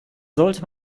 sollte